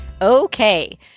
Okay